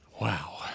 Wow